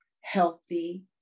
healthy